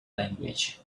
language